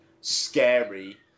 scary